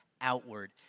outward